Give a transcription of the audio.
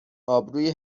آبروی